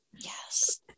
yes